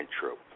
true